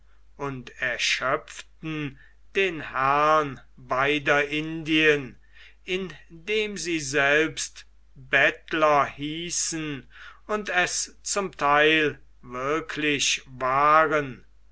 und erschöpften den herrn beider indien indem sie selbst bettler hießen und es zum theil wirklich waren